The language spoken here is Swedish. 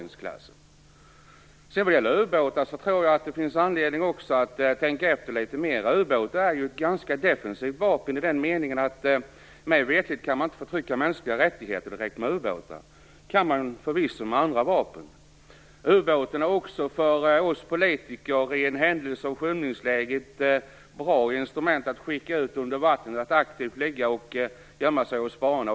När det gäller utbåtar tror jag att det också finns anledning att tänka efter litet mer. Ubåtar är ju ett ganska defensivt vapen i den meningen att man mig veterligt inte kan förtrycka mänskliga rättigheter med ubåtar. Det kan man förvisso med andra vapen. Ubåten kan också för oss politiker i vissa fall vara ett bra instrument att skicka ut under vatten att aktivt ligga och gömma sig och spana.